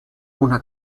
una